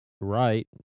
right